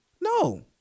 no